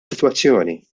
sitwazzjoni